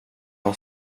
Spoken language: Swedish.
har